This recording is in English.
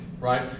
right